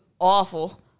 awful